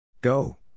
Go